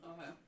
Okay